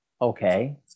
Okay